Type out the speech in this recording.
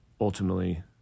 ultimately